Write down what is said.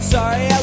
Sorry